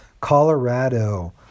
Colorado